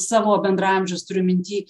savo bendraamžius turiu minty